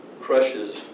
crushes